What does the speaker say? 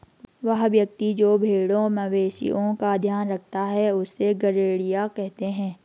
वह व्यक्ति जो भेड़ों मवेशिओं का ध्यान रखता है उससे गरेड़िया कहते हैं